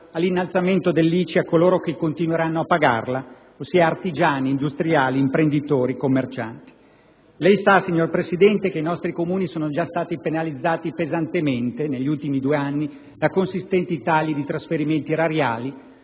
all'innalzamento dell'ICI a coloro che continueranno a pagarla, ossia artigiani, industriali, imprenditori, commercianti. Lei sa, signor Presidente, che i nostri Comuni sono già stati penalizzati pesantemente negli ultimi due anni da consistenti tagli di trasferimenti erariali